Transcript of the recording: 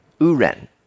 Uren